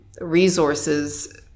resources